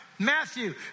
Matthew